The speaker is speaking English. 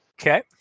Okay